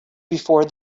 before